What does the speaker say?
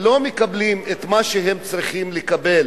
מקבלים את מה שהם צריכים לקבל